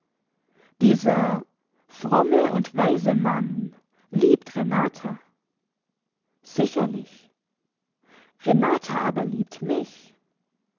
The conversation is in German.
dieser fromme und weise mann liebt renata sicherlich renata aber liebt mich